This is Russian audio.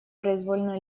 произвольно